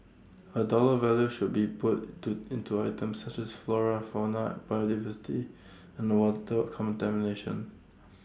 A dollar value should be put to into items such as flora fauna biodiversity and water contamination